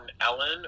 Ellen